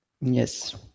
yes